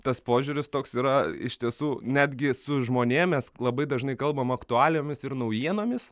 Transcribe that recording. tas požiūris toks yra iš tiesų netgi su žmonėm mes labai dažnai kalbam aktualijomis ir naujienomis